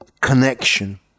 connection